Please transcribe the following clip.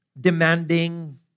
demanding